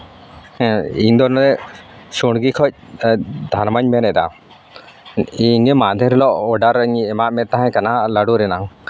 ᱦᱮᱸ ᱤᱧᱫᱚ ᱚᱱᱮ ᱥᱩᱲᱜᱤ ᱠᱷᱚᱱ ᱫᱷᱟᱲᱢᱟᱧ ᱢᱮᱱᱮᱫᱟ ᱤᱧ ᱢᱟᱦᱫᱮᱨ ᱦᱤᱞᱳᱜ ᱚᱰᱟᱨᱤᱧ ᱮᱢᱟᱫ ᱢᱮ ᱛᱟᱦᱮᱸ ᱠᱟᱱᱟ ᱞᱟᱹᱰᱩ ᱨᱮᱱᱟᱜ